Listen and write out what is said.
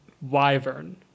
wyvern